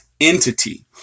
entity